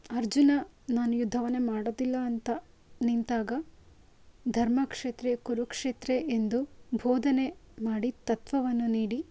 ಅರ್ಜುನ ನಾನು ಯುದ್ಧವನ್ನೇ ಮಾಡೋದಿಲ್ಲ ಅಂತ ನಿಂತಾಗ ಧರ್ಮಕ್ಷೇತ್ರೇ ಕುರುಕ್ಷೇತ್ರೇ ಎಂದು ಬೋಧನೆ ಮಾಡಿ ತತ್ವವನ್ನು ನೀಡಿ